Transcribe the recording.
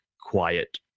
quiet